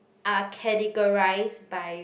are categorise by